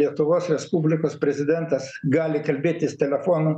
lietuvos respublikos prezidentas gali kalbėtis telefonu